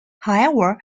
however